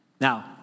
Now